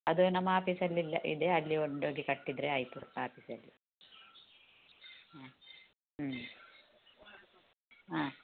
ಅದು ನಮ್ಮ ಆಪೀಸಲಿಲ್ಲ ಇದೆ ಅಲ್ಲಿ ಕೊಂಡೋಗಿ ಕಟ್ಟಿದರೆ ಆಯಿತು ಆಫೀಸಲ್ಲಿ ಹಾಂ ಹ್ಞೂ ಹಾಂ